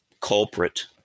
culprit